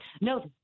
No